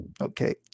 Okay